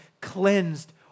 cleansed